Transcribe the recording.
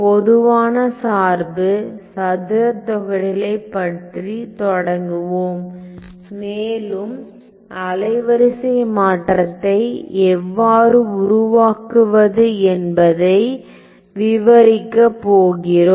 பொதுவான சார்பு சதுர தொகையிடலைப் பற்றி தொடங்குவோம் மேலும் அலைவரிசை மாற்றத்தை எவ்வாறு உருவாக்குவது என்பதை விவரிக்கப் போகிறோம்